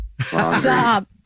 Stop